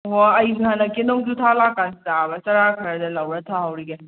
ꯑꯣ ꯑꯩꯁꯨ ꯍꯟꯗꯛ ꯀꯩꯅꯣꯁꯨ ꯊꯥ ꯂꯥꯛꯀꯥꯟꯗ ꯇꯥꯕ꯭ꯔꯥ ꯆꯥꯔꯥ ꯈꯔꯒ ꯂꯧꯔ ꯊꯥꯍꯧꯈꯤꯒꯦ